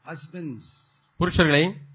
Husbands